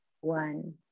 one